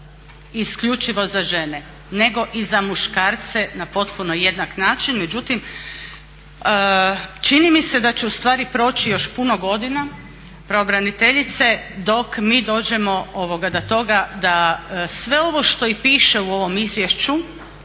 isključivo za žene nego i za muškarce na potpuno jednak način. Međutim, čini mi se da će ustvari proći još puno godina pravobraniteljice dok mi dođemo do toga da sve ovo što i piše u ovom izvješću